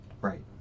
Right